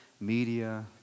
media